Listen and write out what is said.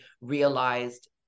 realized